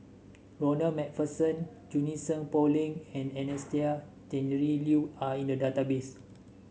Ronald MacPherson Junie Sng Poh Leng and Anastasia Tjendri Liew are in the database